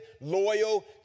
loyal